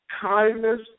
kindness